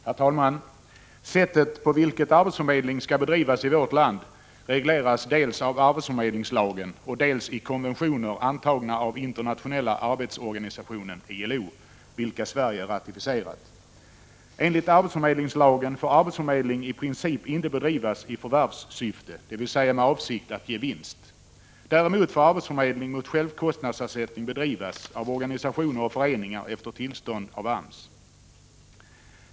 Herr talman! Sättet på vilket arbetsförmedling skall bedrivas i vårt land regleras dels i arbetsförmedlingslagen, dels i konventioner antagna av internationella arbetsorganisationen, ILO, vilka Sverige ratificerat. Enligt arbetsförmedlingslagen får arbetsförmedling i princip inte bedrivas i förvärvssyfte, dvs. med avsikt att ge vinst. Däremot får arbetsförmedling mot självkostnadsersättning bedrivas av organisationer och föreningar efter tillstånd av AMS.